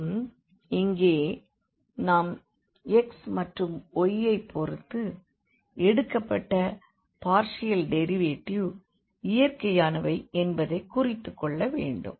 மற்றும் இங்கே நாம் x மற்றும் y ஐ பொறுத்து எடுக்கப்பட்ட பார்ஷியல் டெரிவேடிவ்ஸ் இயற்கையானவை என்பதை குறித்துக்கொள்ள வேண்டும்